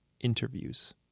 interviews